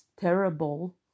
terrible